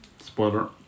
Spoiler